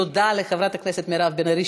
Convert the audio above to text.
תודה לחברת הכנסת מירב בן ארי,